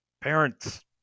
parents